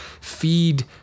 feed